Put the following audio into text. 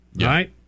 Right